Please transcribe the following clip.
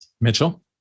Mitchell